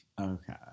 okay